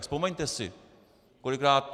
Vzpomeňte si kolikrát!